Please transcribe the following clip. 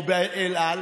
או באל על.